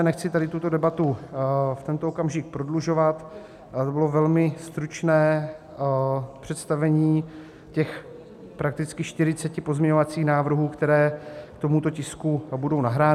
Nechci tady tuto debatu v tento okamžik prodlužovat, to bylo velmi stručné představení těch prakticky čtyřiceti pozměňovacích návrhů, které k tomuto tisku budou nahrány.